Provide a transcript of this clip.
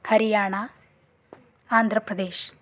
Haryana Andhra Pradesh